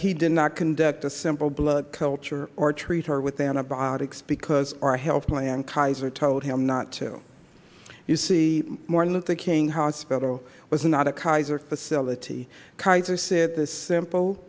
he did not conduct a simple blood culture or treat her with antibiotics because our health plan kaiser told him not to you see more than that the king hospital was not a kaiser facility kaiser said the simple